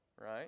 right